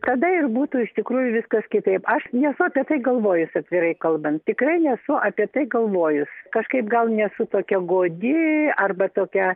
tada ir būtų iš tikrųjų viskas kitaip aš nesu apie tai galvojusi atvirai kalbant tikrai nesu apie tai galvojus kažkaip gal nesu tokia godi arba tokia